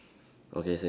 okay same